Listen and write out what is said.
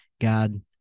God